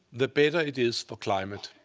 the better it is for climate.